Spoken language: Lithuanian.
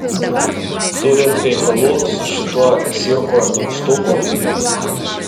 turint reikalų su šituo cirko nykštuku